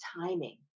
timing